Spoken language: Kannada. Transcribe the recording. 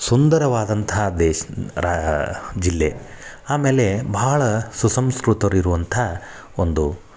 ಸುಂದರವಾದಂಥ ದೇಸ್ ರಾ ಜಿಲ್ಲೆ ಆಮೇಲೆ ಭಾಳ ಸುಸಂಸ್ಕೃತರಿರುವಂಥ ಒಂದು